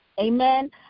amen